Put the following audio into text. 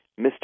Mr